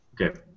Okay